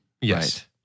Yes